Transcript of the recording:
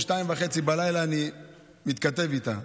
ב-02:30 אני מתכתב איתה.